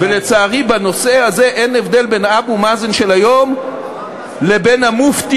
ולצערי בנושא הזה אין הבדל בין אבו מאזן של היום לבין המופתי